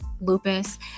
lupus